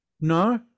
No